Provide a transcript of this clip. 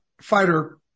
fighter